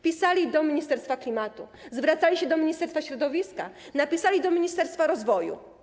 Pisali do Ministerstwa Klimatu, zwracali się do Ministerstwa Środowiska, napisali do Ministerstwa Rozwoju.